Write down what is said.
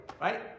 right